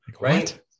Right